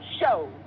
show